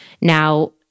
Now